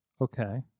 Okay